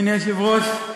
אדוני היושב-ראש,